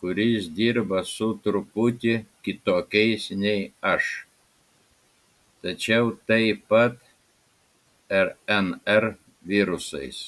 kuris dirba su truputį kitokiais nei aš tačiau taip pat rnr virusais